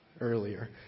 earlier